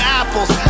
apples